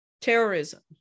terrorism